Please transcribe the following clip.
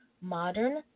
modern